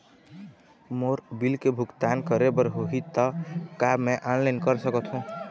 मोर bill के भुगतान करे बर होही ता का मैं ऑनलाइन कर सकथों?